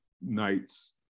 nights